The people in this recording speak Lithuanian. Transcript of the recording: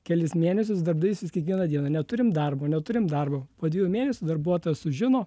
kelis mėnesius darbdavys vis kiekvieną dieną neturim darbo neturim darbo po dviejų mėnesių darbuotojas sužino